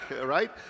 right